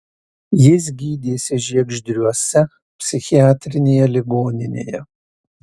jis gydėsi žiegždriuose psichiatrinėje ligoninėje